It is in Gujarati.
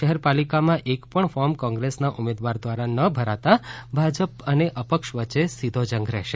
શહેર પાલીકામાં એક પણ ફોર્મ કોંગ્રેસના ઉમેદવાર દ્વારા ન ભરાતા ભાજપ અને અપક્ષ વચ્ચે સીધો જંગ રહેશે